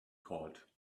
called